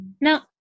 Now